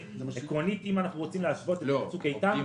אם אנחנו רוצים להשוות לצוק איתן,